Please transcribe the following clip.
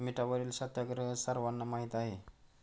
मिठावरील सत्याग्रह सर्वांना माहीत आहे